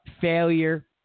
failure